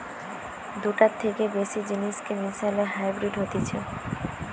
দুটার থেকে বেশি জিনিসকে মিশালে হাইব্রিড হতিছে